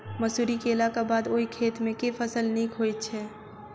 मसूरी केलाक बाद ओई खेत मे केँ फसल नीक होइत छै?